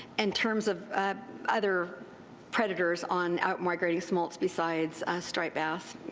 in terms of other predators on outmigrating smolts besides striped bass,